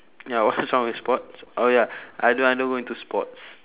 ya what's wrong with sports oh ya I don't I don't go into sports